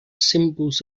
symbols